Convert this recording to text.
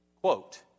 quote